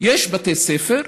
יש בתי ספר,